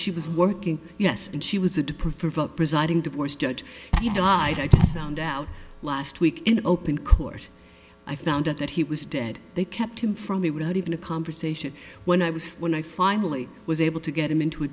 she was working yes and she was a to provoke presiding divorce judge he died i found out last week in open court i found out that he was dead they kept him from me without even a conversation when i was when i finally was able to get him into a